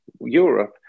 Europe